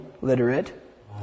literate